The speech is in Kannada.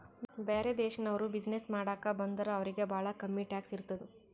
ಬ್ಯಾರೆ ದೇಶನವ್ರು ಬಿಸಿನ್ನೆಸ್ ಮಾಡಾಕ ಬಂದುರ್ ಅವ್ರಿಗ ಭಾಳ ಕಮ್ಮಿ ಟ್ಯಾಕ್ಸ್ ಇರ್ತುದ್